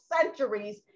centuries